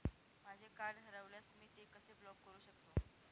माझे कार्ड हरवल्यास मी ते कसे ब्लॉक करु शकतो?